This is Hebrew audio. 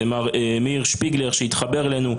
זה מר מאיר שפיגלר שהתחבר אלינו.